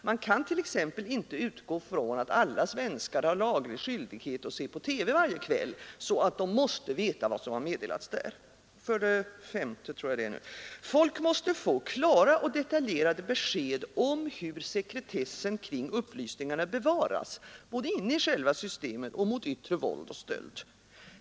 Man kan t.ex. inte utgå från att alla svenskar har laglig skyldighet att se på TV varje kväll, så att de måste veta vad som har meddelats där. 5. Folk måste få klara och detaljerade besked om hur sekretessen kring upplysningarna bevaras, både inne i själva systemet och mot yttre våld och stöld.